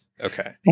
Okay